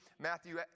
Matthew